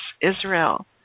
Israel